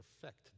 perfect